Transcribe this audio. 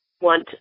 want